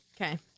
Okay